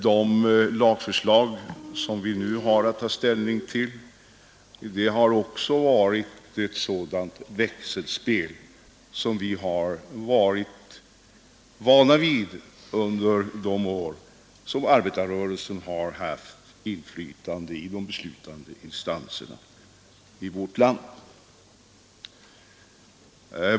De lagförslag som vi nu har att ta ställning till är också resultatet av ett sådant växelspel som vi har varit vana vid under de år som arbetarrörelsen har haft inflytande i de beslutande instanserna i vårt land.